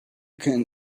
can